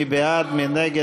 מי בעד?